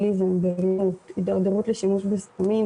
הידרדרות לשימוש בסמים,